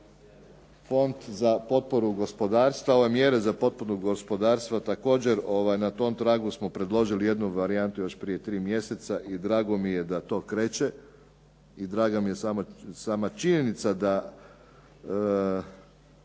Fond za potporu gospodarstva, ove mjere za potporu gospodarstva također na tom tragu smo predložili jednu varijantu još prije tri mjeseca i drago mi je da to kreće. I draga mi je sama činjenica da